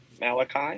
Malachi